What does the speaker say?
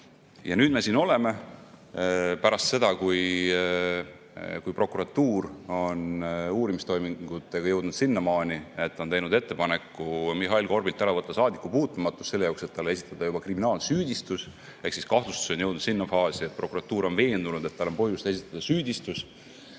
Ja nüüd me siin oleme pärast seda, kui prokuratuur on uurimistoimingutega jõudnud sinnamaani, et ta on teinud ettepaneku Mihhail Korbilt ära võtta saadikupuutumatus, selleks et talle esitada juba kriminaalsüüdistus. Ehk siis kahtlustus on jõudnud sinna faasi, et prokuratuur on veendunud, et talle on põhjust esitada süüdistus